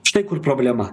štai kur problema